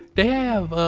they have, um,